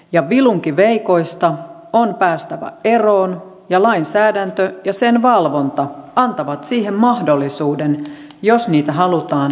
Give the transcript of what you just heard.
vilunkiveikoista on päästävä eroon ja lainsäädäntö ja sen valvonta antavat siihen mahdollisuuden jos niitä halutaan oikein käyttää